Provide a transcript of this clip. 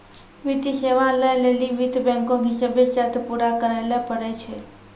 वित्तीय सेवा लै लेली वित्त बैंको के सभ्भे शर्त पूरा करै ल पड़ै छै